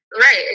Right